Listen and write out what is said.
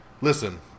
Listen